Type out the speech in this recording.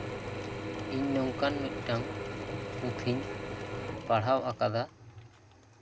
ᱤᱧ ᱱᱚᱝᱠᱟᱱ ᱢᱤᱫᱴᱟᱱ ᱯᱩᱛᱷᱤᱧ ᱯᱟᱲᱦᱟᱣ ᱟᱠᱟᱫᱟ